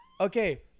Okay